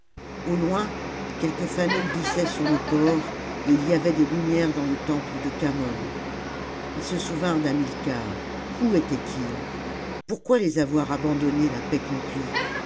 au loin quelques fanaux glissaient sur le port et il y avait des lumières dans le temple de khamon ils se souvinrent d'hamilcar où était-il pourquoi les avoir abandonnés la paix conclue